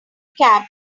cab